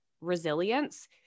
resilience